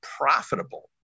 profitable